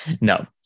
No